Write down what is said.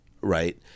Right